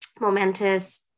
momentous